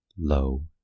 Low